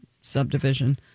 subdivision